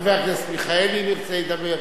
חבר הכנסת מיכאלי, אם ירצה, ידבר.